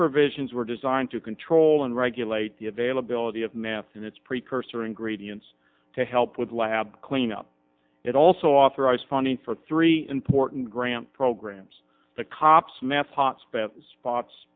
provisions were designed to control and regulate the availability of meth and its precursor ingredients to help with lab cleanup it also authorize funding for three important grant programs the cops meth hot spent spots